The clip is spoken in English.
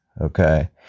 Okay